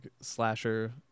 slasher